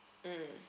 mm